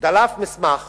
דלף מסמך